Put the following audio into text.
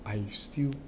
I still